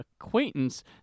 acquaintance